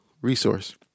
resource